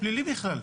הוא פלילי בכלל.